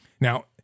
Now